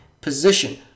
position